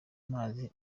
mazi